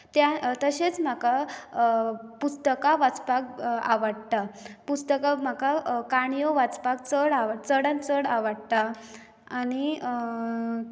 त्यान तशेंच म्हाका पुस्तकां वाचपाक आवडटा पुस्तकां म्हाका काणयो वाचपाक चड आवडटा चडांत चड आवडटा आनी